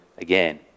again